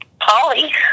Polly